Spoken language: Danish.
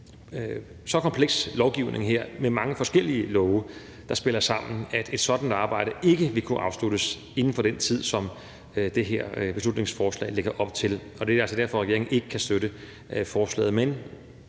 så kompleks lovgivning her med mange forskellige love, der spiller sammen, at et sådant arbejde ikke vil kunne afsluttes inden for den tid, som det her beslutningsforslag lægger op til, og det er altså derfor, regeringen ikke kan støtte forslaget.